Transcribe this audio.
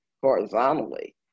horizontally